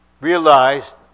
realized